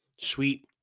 sweet